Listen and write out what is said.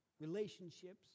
relationships